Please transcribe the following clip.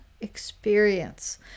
Experience